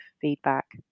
feedback